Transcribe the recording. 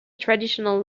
traditional